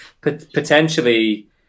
potentially